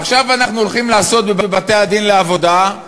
עכשיו אנחנו הולכים לעשות בבתי-הדין לעבודה,